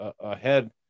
ahead